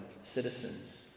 citizens